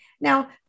Now